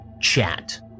chat